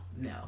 no